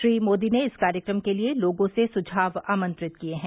श्री मोदी ने इस कार्यक्रम के लिए लोगों से सुझाव आमंत्रित किये हैं